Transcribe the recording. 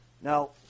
Now